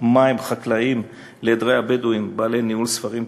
מים חקלאיים לעדרי הבדואים בעלי ניהול ספרים תקין,